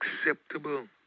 acceptable